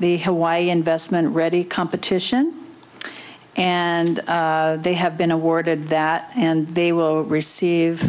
hawaii investment ready competition and they have been awarded that and they will receive